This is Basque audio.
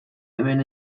hemen